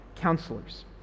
counselors